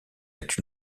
êtes